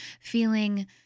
feeling